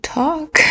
talk